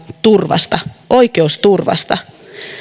turvasta oikeusturvasta